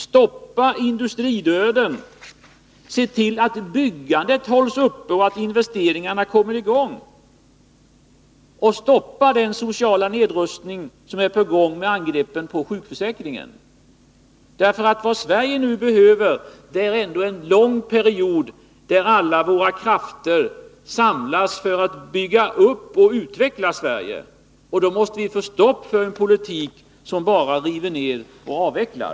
Stoppa industridöden! Se till att byggandet hålls uppe och investeringarna kommer i gång! Hejda den sociala nedrustning som är på gång med angreppen på sjukförsäkringen! Vad Sverige nu behöver är ändå en lång period, där alla våra krafter samlas för att bygga upp och utveckla Sverige. Då måste vi få stopp på en politik, som bara river ned och avvecklar.